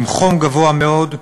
עם חום גבוה מאוד,